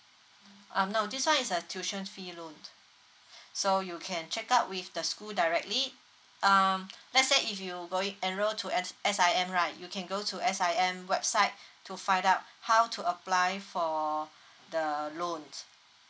um no this [one] is a tuition fee loan so you can check out with the school directly um let's say if you going enroll to S~ S_I_M right you can go to S_I_M website to find out how to apply for the loans